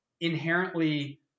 inherently